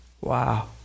Wow